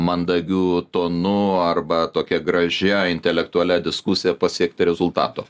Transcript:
mandagiu tonu arba tokia gražia intelektualia diskusija pasiekti rezultato